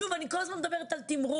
שוב, אני כל הזמן מדברת על תמרוץ